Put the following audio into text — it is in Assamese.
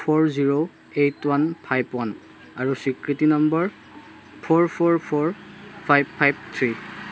for zero eight one five one আৰু স্বীকৃতি number four four four five five three